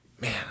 Man